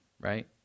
right